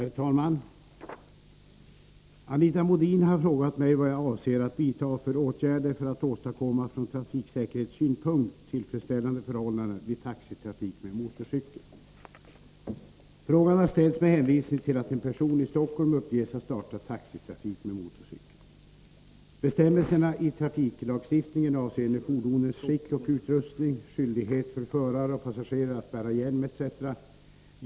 Herr talman! Anita Modin har frågat mig vad jag avser att vidta för åtgärder för att åstadkomma från trafiksäkerhetssynpunkt tillfredsställande förhållanden vid taxitrafik med motorcykel. Frågan har ställts med hänvisning till att en person i Stockholm uppges ha startat taxitrafik med motorcykel. Bestämmelserna i trafiklagstiftningen avseende fordonens skick och utrustning, skyldighet för förare och passagerare att bära hjälm etc.